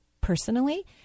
personally